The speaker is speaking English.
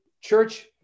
church